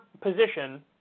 position